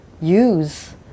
use